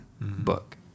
book